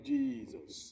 Jesus